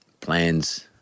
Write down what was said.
plans